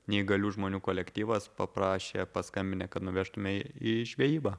neįgalių žmonių kolektyvas paprašė paskambinę kad nuvežtume į žvejybą